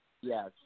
Yes